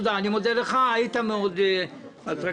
אני מודה לך, היית מאוד אטרקטיבי.